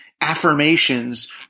affirmations